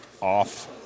off